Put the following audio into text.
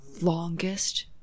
longest